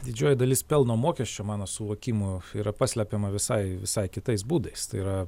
didžioji dalis pelno mokesčio mano suvokimu yra paslepiama visai visai kitais būdais tai yra